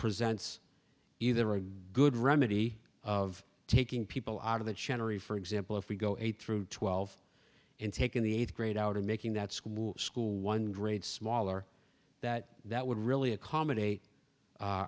presents either a good remedy of taking people out of the generally for example if we go eight through twelve and taking the eighth grade out and making that school school one hundred smaller that that would really accommodate